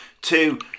two